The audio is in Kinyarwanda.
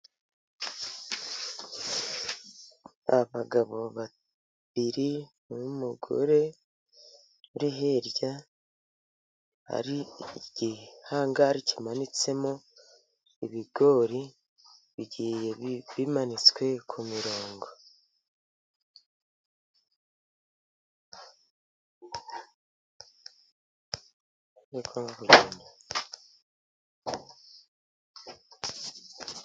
Abagabo babiri n'umugore uri hirya, hari igihangari kimanitsemo ibigori bigiye bimanitswe ku mirongo.